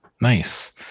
Nice